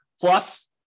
Plus